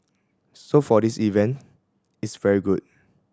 so for this event it's very good